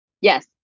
Yes